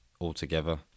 Altogether